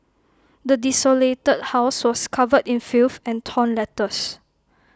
the desolated house was covered in filth and torn letters